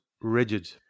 rigid